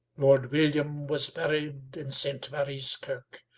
lord william was buried in st. marie's kirk,